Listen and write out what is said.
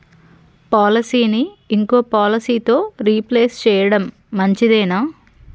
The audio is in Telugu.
పాలసీని ఇంకో పాలసీతో రీప్లేస్ చేయడం మంచిదేనా?